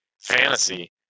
fantasy